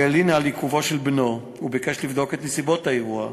הלין על עיכוב בנו וביקש לבדוק את נסיבות האירוע,